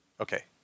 Okay